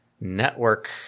network